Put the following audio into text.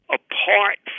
apart